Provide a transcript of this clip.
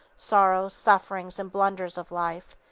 sorrows, sufferings and blunders of life,